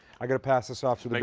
i have to pass this off. so like